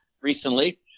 recently